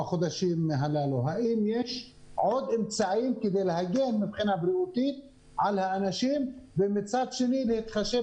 האם יש עוד אמצעים כדי להגן על האנשים אבל להתחשב